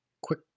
Quick